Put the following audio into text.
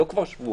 כבר לא שבועות.